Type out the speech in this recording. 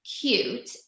cute